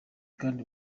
kandi